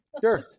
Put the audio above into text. sure